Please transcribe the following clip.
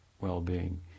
well-being